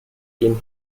gen